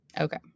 okay